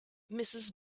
mrs